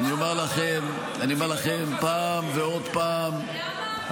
אני אומר לכם פעם ועוד פעם,